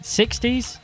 60s